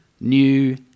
new